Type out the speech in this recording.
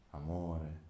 amore